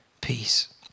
peace